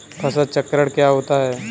फसल चक्रण क्या होता है?